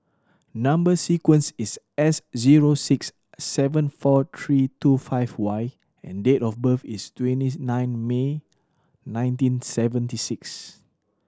number sequence is S zero six seven four three two five Y and date of birth is nine May nineteen seventy six